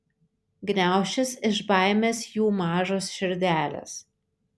gniaušis iš baimės jų mažos širdelės